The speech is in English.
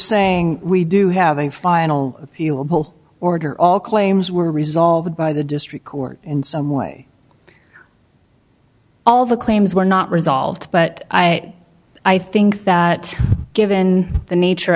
saying we do have a final appealable order all claims were resolved by the district court in some way all the claims were not resolved but i i think that given the nature